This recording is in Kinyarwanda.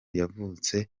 yavutse